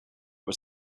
was